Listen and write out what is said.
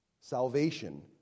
Salvation